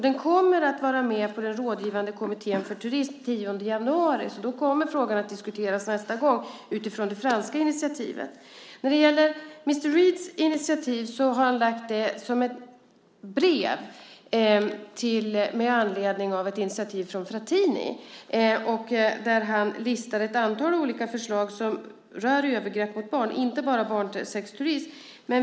Den kommer också att vara med på den rådgivande kommittén för turisms möte den 10 januari. Då kommer frågan att diskuteras nästa gång utifrån det franska initiativet. När det gäller mr Reeds initiativ har det lagts fram i form av ett brev med anledning av ett initiativ från Frattini. Han listar där ett antal olika förslag som rör övergrepp mot barn, inte bara barnsexturism.